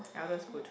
Aldo is good